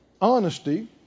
honesty